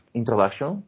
introduction